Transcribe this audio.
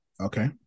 Okay